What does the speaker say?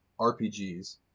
RPGs